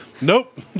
Nope